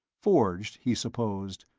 forged, he supposed.